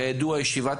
כידוע, ישיבת